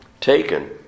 taken